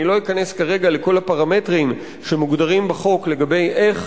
אני לא אכנס כרגע לכל הפרמטרים שמוגדרים בחוק לגבי איך